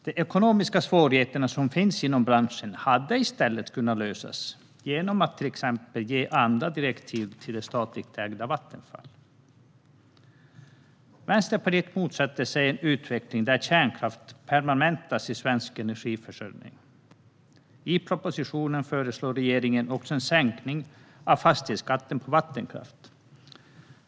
De ekonomiska svårigheter som finns inom branschen hade i stället kunnat lösas genom att till exempel ge andra direktiv till det statligt ägda Vattenfall. Vänsterpartiet motsätter sig en utveckling där kärnkraft permanentas i svensk energiförsörjning. I propositionen föreslår regeringen också en sänkning av fastighetsskatten på vattenkraft.